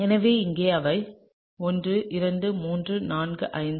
எனவே இங்கே அவை 1 2 3 4 5 6